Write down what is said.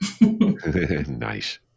Nice